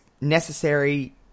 necessary